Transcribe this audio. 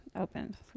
opened